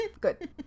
good